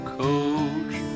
coach